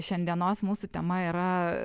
šiandienos mūsų tema yra